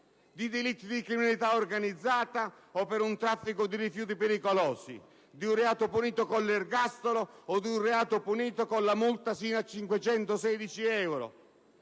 di delitti di criminalità organizzata o di traffico di rifiuti pericolosi, di un reato punito con l'ergastolo o di un reato punito con la multa sino a 516 euro.